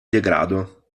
degrado